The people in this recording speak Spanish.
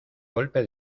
golpe